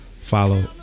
Follow